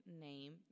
name